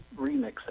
remixing